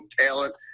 talent